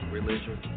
religion